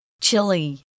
Chili